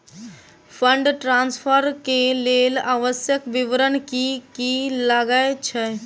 Fund transfer केँ लेल आवश्यक विवरण की की लागै छै?